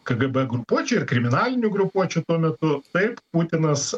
kgb grupuočių ir kriminalinių grupuočių tuo metu taip putinas